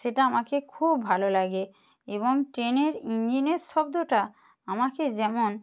সেটা আমাকে খুব ভালো লাগে এবং ট্রেনের ইঞ্জিনের শব্দটা আমাকে যেমন